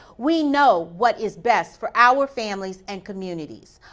we know what is best for our families and communities.